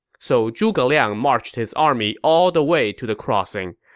so zhuge liang marched his army all the way to the crossing.